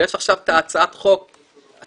יש עכשיו הצעת חוק שעברה,